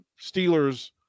Steelers